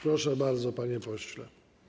Proszę bardzo, panie pośle.